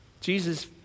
Jesus